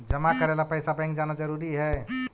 जमा करे ला पैसा बैंक जाना जरूरी है?